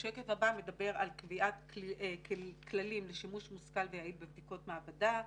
השקף הבא מדבר על קביעת כללים לשימוש מושכל ויעיל בבדיקות מעבדה.